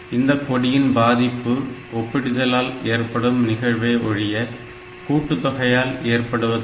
இந்த கொடியின் பாதிப்பு ஒப்பிடுதலால் ஏற்படும் நிகழ்வே ஒழிய கூட்டு தொகையால் ஏற்படுவதல்ல